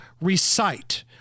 recite